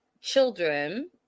children